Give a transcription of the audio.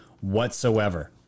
whatsoever